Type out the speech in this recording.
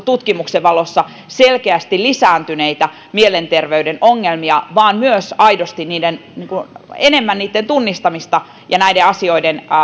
tutkimuksen valossa selkeästi lisääntyneitä mielenterveyden ongelmia vaan myös aidosti enemmän niiden tunnistamista ja näiden asioiden